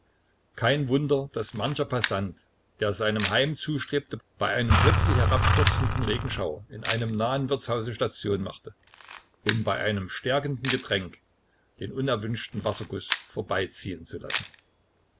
kein wunder daß mancher passant der seinem heim zustrebte bei einem plötzlich herabstürzenden regenschauer in einem nahen wirtshause station machte um bei einem stärkenden getränk den unerwünschten wasserguß vorbeiziehen zu lassen